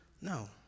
No